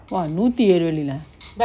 !wah! நூதிஎலு வெள்ளி:noothielu velli lah